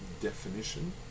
definition